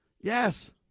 Yes